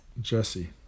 jesse